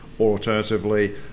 Alternatively